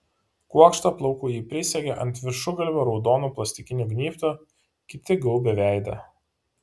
kuokštą plaukų ji prisisegė ant viršugalvio raudonu plastikiniu gnybtu kiti gaubė veidą